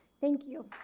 thank you.